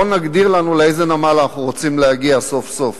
בוא נגדיר לנו לאיזה נמל אנחנו רוצים להגיע סוף סוף.